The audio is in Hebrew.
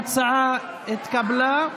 ההצעה התקבלה.